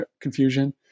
confusion